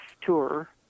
tour